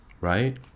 right